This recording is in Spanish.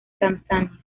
tanzania